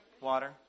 water